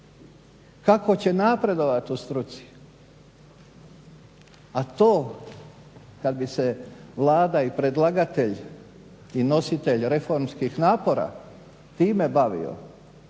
Kako će napredovati u struci? A to kad bi se Vlada i predlagatelj i nositelj reformskih napora time bavio